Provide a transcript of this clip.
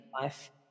life